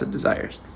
Desires